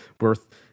worth